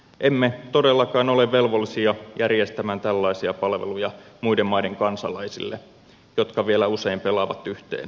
emme todellakaan ole velvollisia järjestämään tällaisia palveluja muiden maiden kansalaisille jotka vielä usein pelaavat yhteen rikollisliigojen kanssa